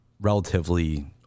relatively